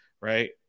Right